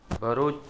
Bharuch